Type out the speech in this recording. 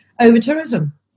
over-tourism